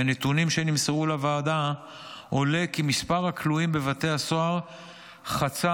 מהנתונים שנמסרו לוועדה עולה כי מספר הכלואים בבתי הסוהר חצה